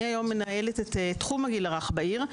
אני מנהלת היום את תחום הגיל הרך בעיר.